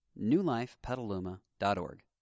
newlifepetaluma.org